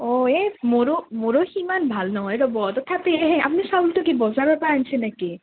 এ মোৰো মোৰো সিমান ভাল নহয় ৰ'ব তথাপি এ আপ্নি চাউলটো কি বজাৰৰ পৰা আন্ছে নেকি